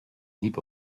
heap